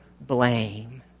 blame